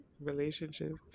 relationship